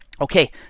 Okay